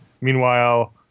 meanwhile